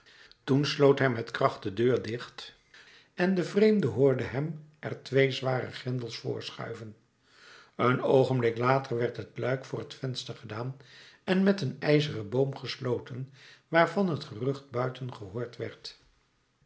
toen sloot hij met kracht de deur dicht en de vreemde hoorde hem er twee zware grendels voorschuiven een oogenblik later werd het luik voor het venster gedaan en met een ijzeren boom gesloten waarvan het gerucht buiten gehoord werd